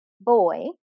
boy